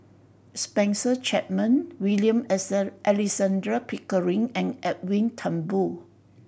Spencer Chapman William Alexander Pickering and Edwin Thumboo